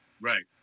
Right